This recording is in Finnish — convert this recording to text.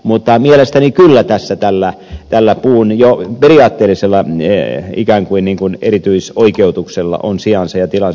mutta mielestäni tällä puun periaatteellisella ikään kuin erityisoikeutuksella on kyllä jo sijansa ja tilansa